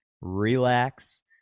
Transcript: relax